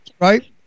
right